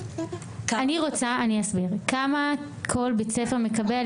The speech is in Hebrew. אני רוצה להבין כמה כל בית ספר מקבל,